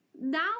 now